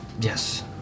Yes